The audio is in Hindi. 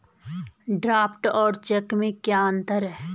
ड्राफ्ट और चेक में क्या अंतर है?